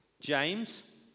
James